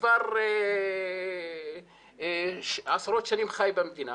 שכבר עשרות שנים חי במדינה,